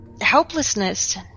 helplessness